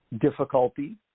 Difficulty